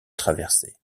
traversée